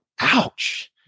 ouch